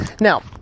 Now